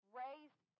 raised